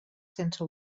sense